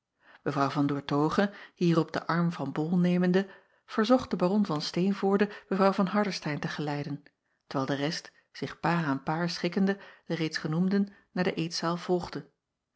w an oertoghe hierop den arm van ol nemende verzocht den aron van teenvoorde w van ardestein te geleiden terwijl de rest zich paar aan paar schikkende de reeds genoemden naar de eetzaal volgde